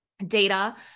Data